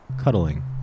cuddling